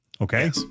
Okay